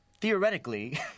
Theoretically